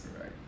Right